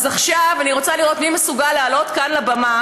אז עכשיו אני רוצה לראות מי מסוגל לעלות לכאן לבמה